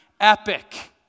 epic